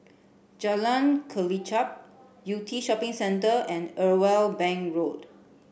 Jalan Kelichap Yew Tee Shopping Centre and Irwell Bank Road